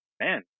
Man